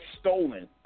stolen